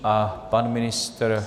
A pan ministr?